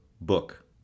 book